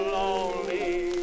lonely